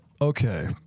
okay